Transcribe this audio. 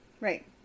Right